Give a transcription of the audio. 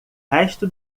resto